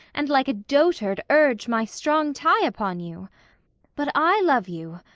and like a dotard urge my strong tie upon you but i love you,